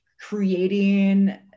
creating